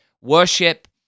worship